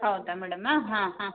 ಹೌದಾ ಮೇಡಂ ಹಾಂ ಹಾಂ